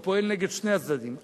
הוא פועל נגד שני הצדדים.